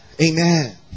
Amen